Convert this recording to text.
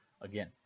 again